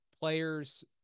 Players